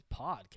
podcast